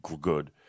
good